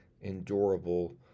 endurable